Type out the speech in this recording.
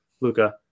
luca